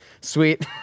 Sweet